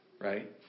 right